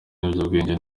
n’ibiyobyabwenge